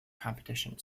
competition